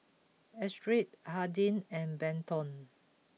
Astrid Hardin and Benton